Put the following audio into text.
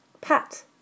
Pat